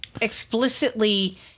explicitly